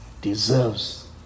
deserves